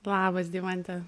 labas deimante